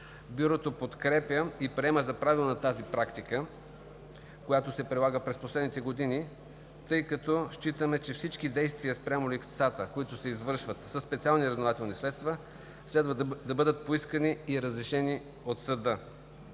Бюрото подкрепя и приема за правилна тази практика, която се прилага през последните години, тъй като считаме, че всички действия спрямо лицата, които се извършват със специални разузнавателни средства, следва да бъдат поискани и разрешени от съда